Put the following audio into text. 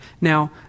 Now